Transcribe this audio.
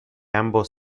ambos